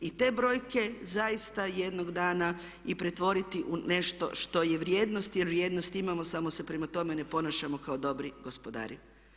I te brojke zaista jednog dana i pretvoriti u nešto što je vrijednost, jer vrijednost imamo samo se prema tome ne ponašamo kao dobri gospodari.